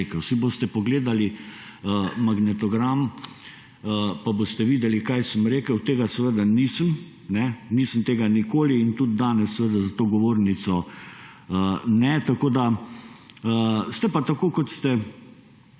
rekel. Boste si pogledali magnetogram pa boste videli, kaj sem rekel. Tega seveda nisem, nisem tega nikoli in tudi danes za to govornico ne. Ste pa tako, kot ste